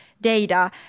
data